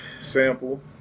sample